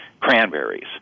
cranberries